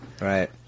Right